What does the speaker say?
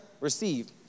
receive